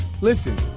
listen